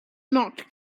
knocked